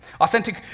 Authentic